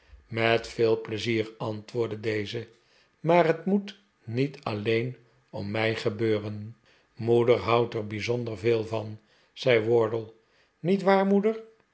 met veel pleizier antwoordde deze maar het moet niet alleen om mij gebeuren moeder houdt er bij zonder veel van zei wardle niet waar moeder